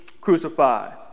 crucified